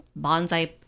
bonsai